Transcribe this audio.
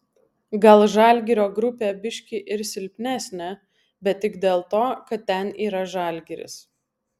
gal žalgirio grupė biški ir silpnesnė bet tik dėl to kad ten yra žalgiris